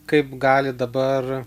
kaip gali dabar